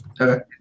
Okay